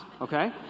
Okay